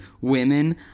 women